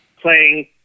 playing